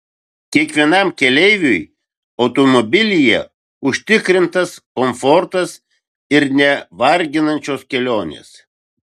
kiekvienam keleiviui automobilyje užtikrintas komfortas ir nevarginančios kelionės